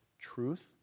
truth